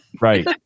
Right